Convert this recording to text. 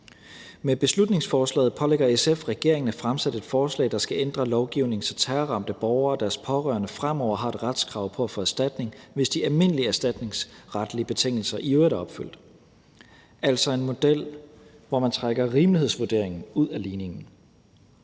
Med beslutningsforslaget pålægger SF regeringen at fremsætte et forslag, der skal ændre lovgivningen, så terrorramte borgere og deres pårørende fremover har et retskrav på at få erstatning, hvis de almindelige erstatningsretlige betingelser i øvrigt er opfyldt – altså en model, hvor man trækker rimelighedsvurderingen ud af ligningen.